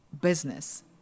business